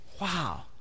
wow